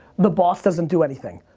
the boss doesn't do anything.